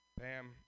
Pam